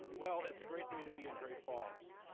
well, it's a great day to be in great falls,